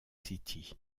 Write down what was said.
city